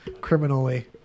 criminally